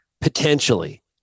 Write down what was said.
potentially